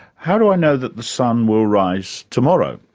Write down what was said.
how do i know that the sun will rise tomorrow?